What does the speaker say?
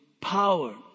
power